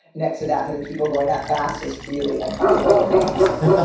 next to that many people going that fast is really uncomfortable for me.